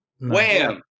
Wham